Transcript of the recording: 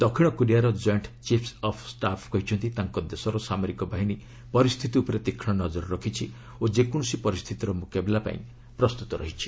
ଦକ୍ଷିଣ କୋରିଆର joint chiefs of staff କହିଛନ୍ତି ତାଙ୍କ ଦେଶର ସାମରିକ ବାହିନୀ ପରିସ୍ଥିତି ଉପରେ ତୀକ୍ଷ୍ଣ ନଜର ରଖିଛି ଓ ଯେକୌଣସି ପରିସ୍ଥିତିର ମୁକାବିଲା ପାଇଁ ପ୍ରସ୍ତୁତ ରହିଛି